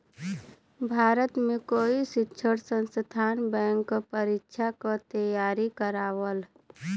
भारत में कई शिक्षण संस्थान बैंक क परीक्षा क तेयारी करावल